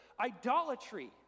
idolatry